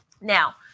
Now